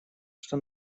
что